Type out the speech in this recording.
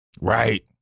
Right